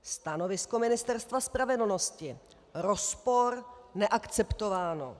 Stanovisko Ministerstva spravedlnosti: rozpor, neakceptováno.